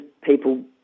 people